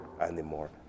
anymore